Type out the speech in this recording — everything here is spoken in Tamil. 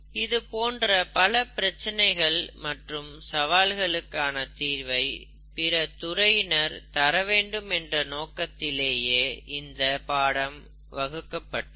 இதுபோன்று பல பிரச்சினைகள் மற்றும் சவால்களுக்கான தீர்வை பிற துறையினர் தரவேண்டும் என்ற நோக்கத்திலேயே இந்த பாடம் வகுக்கப்பட்டது